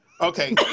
okay